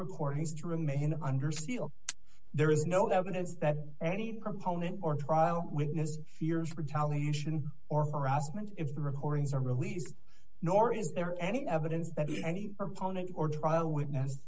to remain under seal there is no evidence that any proponent or trial witness fears retaliation or harassment if the recordings are released nor is there any evidence that any proponent or trial witness